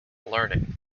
learning